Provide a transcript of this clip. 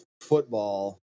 football